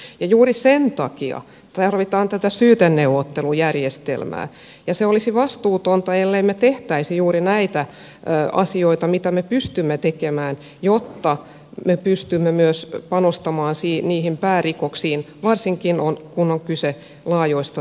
ja juuri sen takia tarvitaan tätä syyteneuvottelujärjestelmää ja se olisi vastuutonta ellemme me tekisi juuri näitä asioita mitä me pystymme tekemään jotta me pystymme myös panostamaan niihin päärikoksiin varsinkin kun on kyse laajoista talousrikosasioista